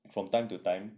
from time to time